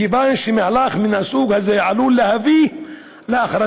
מכיוון שמהלך מן הסוג הזה עלול להביא להכרזת